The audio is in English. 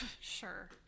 sure